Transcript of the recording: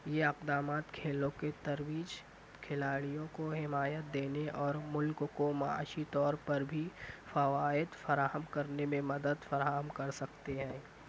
یہ اقدامات کھیلوں کے ترویج کھلاڑیوں کو حمایت دینے اور ملک کو معاشی طور پر بھی فوائد فراہم کرنے میں مدد فراہم کر سکتے ہیں